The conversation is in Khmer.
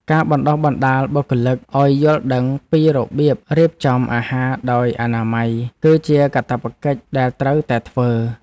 ការបណ្តុះបណ្តាលបុគ្គលិកឱ្យយល់ដឹងពីរបៀបរៀបចំអាហារដោយអនាម័យ គឺជាកាតព្វកិច្ចដែលត្រូវតែធ្វើ។